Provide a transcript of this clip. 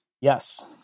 Yes